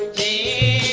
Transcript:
the